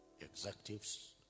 executives